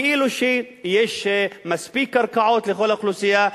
כאילו יש מספיק קרקעות לכל האוכלוסייה,